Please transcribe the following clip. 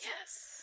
yes